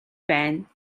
байна